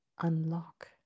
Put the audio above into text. unlock